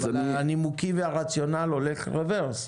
הנימוקים והרציונל הולכים רברס.